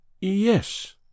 Yes